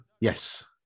Yes